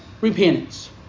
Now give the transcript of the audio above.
repentance